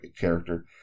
character